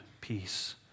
peace